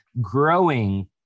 growing